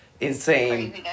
insane